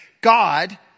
God